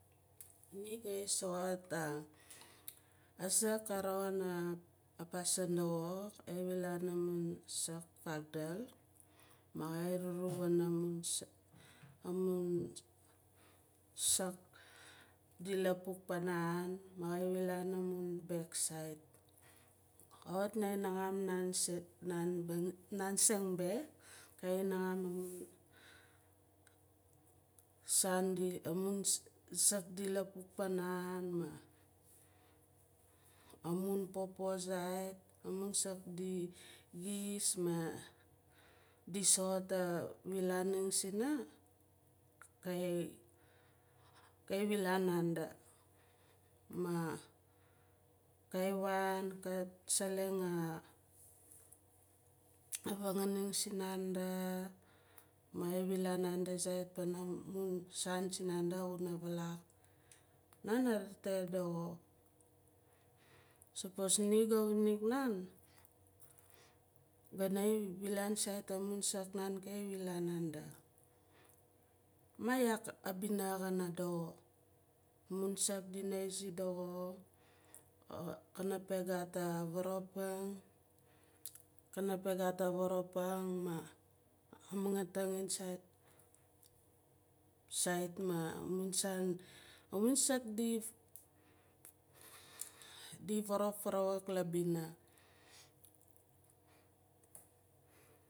Ni xaa sooxot a asaak xa rooxin apasin doxo xa wilaan amun saak vaakdul ma xa voovoo wana mum amun sak di lapuk pana an ma xa wilaan amun baayak saait. Xawit na naagan nan sak nan sing be xa naaxam saan di amun saak di lapuk pana an ma amun popo zait ma amun saak di giis ma di soxot a wilaaning sina xa wilaan nanda. Ma ka wan kat selang aa vanganang sinanda ma xa wilaan naanda saait pana mun saan sinanda xuna vaalak naan a raate doxo sapos ni xaa uniq nan gana wilaan sait amun saak nan xa wilaan nanda maa yaak aabina xana doxo amun saak dina izi doxo xana pe gat aavaroping xana pe gat aavoroping a amangaating sait ma amun saan a mun sak di vaarop varaauk labina